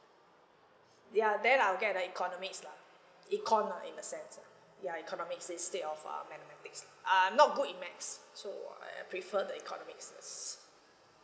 ya then I'll get the economics lah econ ah in the sense lah ya economics instead of uh mathematics lah err I'm not good in maths so I prefer the economics yes